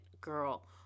girl